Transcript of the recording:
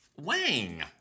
Wang